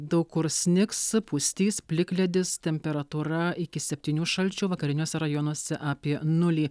daug kur snigs pustys plikledis temperatūra iki septynių šalčio vakariniuose rajonuose apie nulį